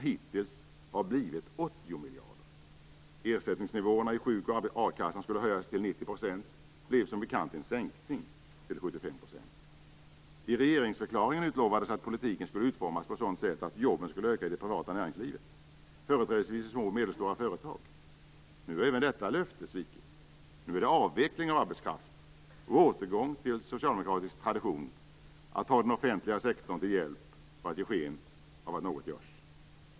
Hittills har det blivit 80 miljarder. Ersättningsnivåerna i sjuk och a-kassan skulle höjas till 90 %. Det blev som bekant en sänkning till 75 %. I regeringsförklaringen utlovades att politiken skulle utformas på ett sådant sätt att jobben skulle öka i det privata näringslivet, företrädesvis i små och medelstora företag. Nu har även detta löfte svikits. Nu är det avveckling av arbetskraft, en återgång till socialdemokratisk tradition att ta den offentliga sektorn till hjälp för att ge sken av att något görs.